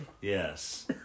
Yes